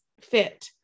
fit